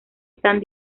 están